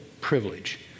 privilege